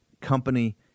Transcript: company